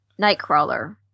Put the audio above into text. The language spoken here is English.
Nightcrawler